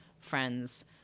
friends